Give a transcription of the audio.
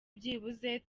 byibuze